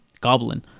goblin